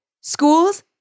Schools